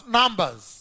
numbers